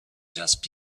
just